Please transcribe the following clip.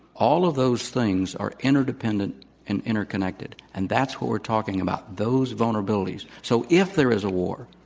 all of those things are interdependent and interconnected. and that's what we're talking about, those vulnerabilities. so if there is a war,